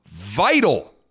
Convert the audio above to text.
Vital